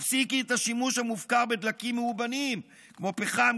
הפסיקי את השימוש המופקר בדלקי מאובנים כמו פחם,